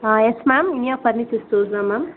ஆ yes ma'am Iniya furniture stores தான் ma'am